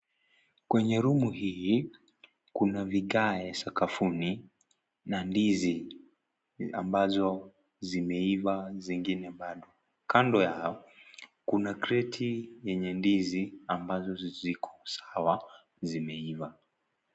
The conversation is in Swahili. Kwenye rumu hii kuna vigae sakafuni na ndizi ambazo zimeiva zingine bado kando yao kuna greti yenye ndizi ambazo ziko sawa zimeiva.